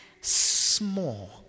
small